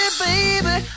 baby